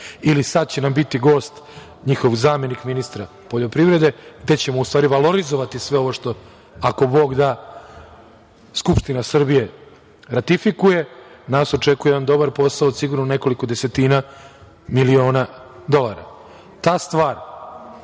ili sad će nam biti gost njihov zamenik ministra poljoprivrede, gde ćemo u stvari valorizovati sve ovo što, ako Bog da, Skupština Srbije ratifikuje, nas očekujemo jedan dobar posao od sigurno nekoliko desetina miliona dolara. Ta stvar,